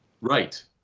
Right